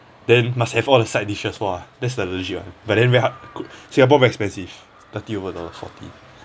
then must have all the side dishes !wah! that's the legit [one] but then very hard singapore very expensive thirty over dollars forty